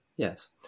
yes